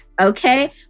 Okay